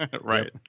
Right